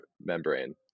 membrane